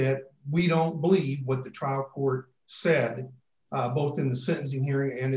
that we don't believe what the trial court said both in the sentencing hearing and